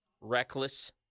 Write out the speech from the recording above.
Reckless